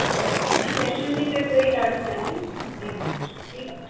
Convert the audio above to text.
जी जी न पैसनि जी त कोई ॻाल्हि कोन्हे जी ठीकु आहे